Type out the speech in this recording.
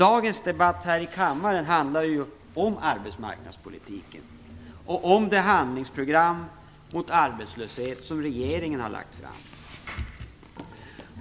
Dagens debatt här i kammaren handlar ju om arbetsmarknadspolitiken och det behandlingsprogram mot arbetslösheten som regeringen har lagt fram.